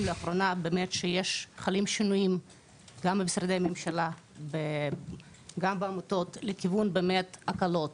לאחרונה שחלים שינויים גם במשרדי הממשלה וגם בעמותות לכיוון הקלות,